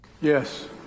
Yes